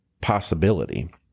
possibility